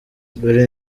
dore